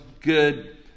good